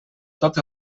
tot